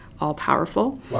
all-powerful